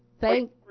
Thank